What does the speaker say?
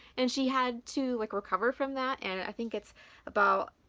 and she had to like recover from that, and i think it's about